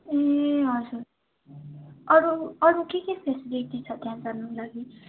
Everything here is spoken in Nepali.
ए हजुर अरू अरू के के फेसिलिटी छ त्यहाँ जानु लागि